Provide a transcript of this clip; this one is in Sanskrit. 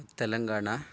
तेलङ्गाणा